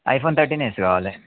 iPhone thirteen S కావాలి